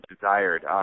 desired